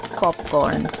popcorn